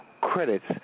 credits